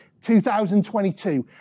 2022